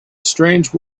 strange